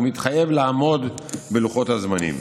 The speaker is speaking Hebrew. הוא מתחייב לעמוד בלוחות הזמנים.